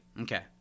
Okay